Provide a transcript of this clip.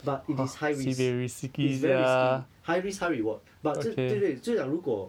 but it is high risk it's very risky high risk high reward but 就对对就是讲如果